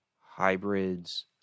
hybrids